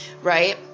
Right